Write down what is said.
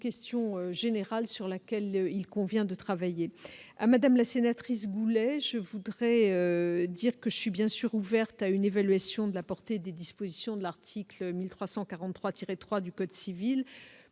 question générale sur laquelle il convient de travailler à Madame, la sénatrice Goulet je voudrais dire que je suis bien sûr ouverte à une évaluation de la portée des dispositions de l'article 1343 3 du code civil,